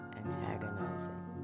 antagonizing